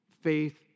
Faith